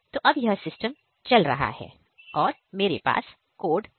तो अब यह सिस्टम चल रहा है और मेरे पास कोड है